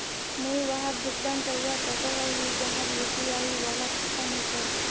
मुई वहाक भुगतान करवा सकोहो ही जहार यु.पी.आई वाला खाता नी छे?